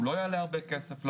הוא לא יעלה הרבה כסף לאוצר.